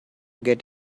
get